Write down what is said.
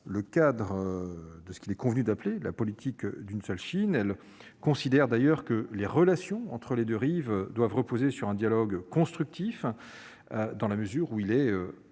le cadre de ce qu'il est convenu d'appeler « la politique d'une seule Chine ». Elle considère en outre que les relations entre les deux rives doivent reposer sur un dialogue constructif, dans la mesure où il est